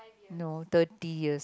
no thirty years